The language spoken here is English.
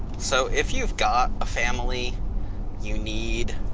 so if you've got a family you need